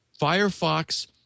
Firefox